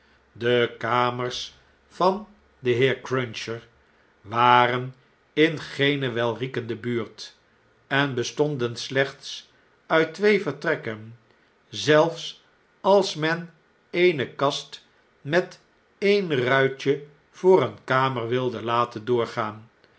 de kamers van den heer cruncher waren in geene welriekende buurt en bestonden slechts uit twee vertrekken zelfs als men eene kast met een ruitje voor eene kamer wilde laten doorgaan